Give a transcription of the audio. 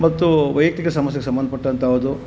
ಮತ್ತು ವೈಯಕ್ತಿಕ ಸಮಸ್ಯೆಗೆ ಸಂಬಂಧಪಟ್ಟಂಥವುದ್ದು